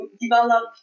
develop